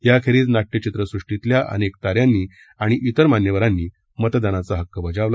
याखेरीज नाट्य चित्रसृष्टीतल्या अनेक ताऱ्यांनी आणि तिर मान्यवरांनी मतदानाचा हक्क बजावला